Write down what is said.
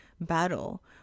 battle